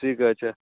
ঠিক আছে